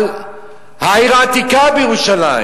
על העיר העתיקה בירושלים.